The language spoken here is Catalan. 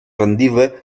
rendible